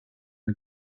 der